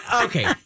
Okay